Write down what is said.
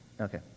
Okay